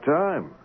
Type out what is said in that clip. time